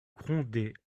grondait